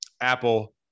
Apple